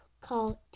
called